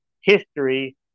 history